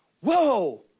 whoa